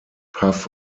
puff